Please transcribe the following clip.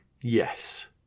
Yes